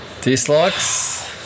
Dislikes